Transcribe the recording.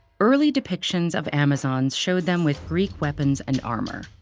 early depictions of amazons showed them with greek weapons and armor.